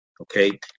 okay